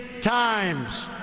times